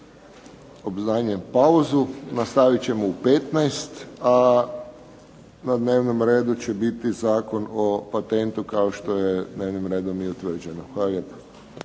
obznanjujem pauzu. Nastavit ćemo u 15, a na dnevnom redu će biti Zakon o patentu kao što je dnevnim redom i utvrđeno. Hvala